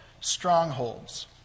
strongholds